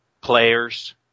players